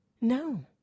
No